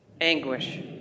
anguish